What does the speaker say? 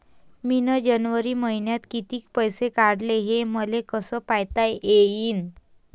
मिन जनवरी मईन्यात कितीक पैसे काढले, हे मले कस पायता येईन?